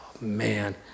man